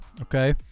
okay